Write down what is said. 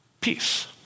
peace